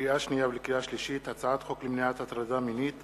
לקריאה שנייה ולקריאה שלישית: הצעת חוק למניעת הטרדה מינית